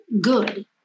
good